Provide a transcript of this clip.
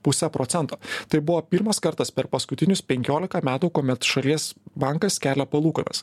puse procento tai buvo pirmas kartas per paskutinius penkiolika metų kuomet šalies bankas kelia palūkanas